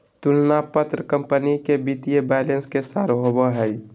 तुलना पत्र कंपनी के वित्तीय बैलेंस के सार होबो हइ